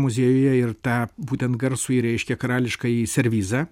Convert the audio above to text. muziejuje ir tą būtent garsųjį reiškia karališkąjį servizą